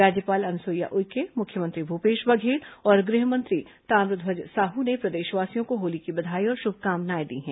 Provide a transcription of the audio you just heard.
राज्यपाल अनुसुईया उइके मुख्यमंत्री भूपेश बघेल और गृह मंत्री ताम्रध्यज साहू ने प्रदेशवासियों को होली की बधाई और शुभकामनाएं दी हैं